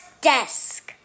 Desk